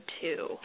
two